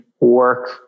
work